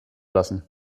lassen